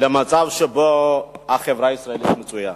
למצב שבו החברה הישראלית מצויה.